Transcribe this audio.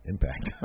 Impact